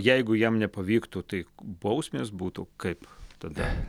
jeigu jam nepavyktų tai bausmės būtų kaip tada